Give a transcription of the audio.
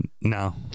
No